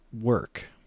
work